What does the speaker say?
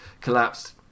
...collapsed